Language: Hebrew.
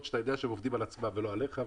שאתה יודע שהם עובדים על עצמם ולא עליך.